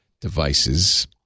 devices